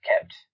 kept